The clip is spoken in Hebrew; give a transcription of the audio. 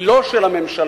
היא לא של הממשלה,